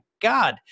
God